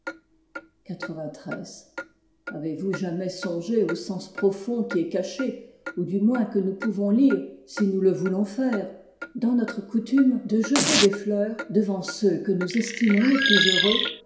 avez-vous jamais songé au sens profond qui est caché ou du moins que nous pouvons tire si nous le voulons faire dans notre coutume de s à